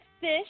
fish